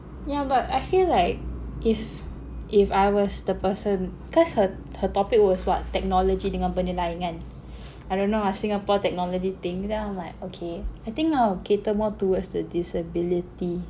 yeah but I feel like if if I was the person cause her her topic was what technology dengan benda lain kan I don't know ah Singapore technology thing then I'm like okay I think I would cater more towards the disability